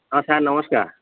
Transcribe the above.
ହଁ ସାର୍ ନମସ୍କାର